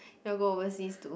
you'll go overseas to